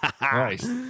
Nice